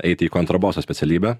eiti į kontraboso specialybę